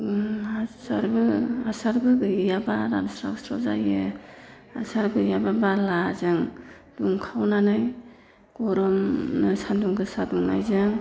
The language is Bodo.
हासारबो हासारबो गैयाब्ला रानस्राव स्राव जायो हासार गैयाब्ला बालाजों दुंखावनानै गरमनो सान्दुं गोसा मोननायजों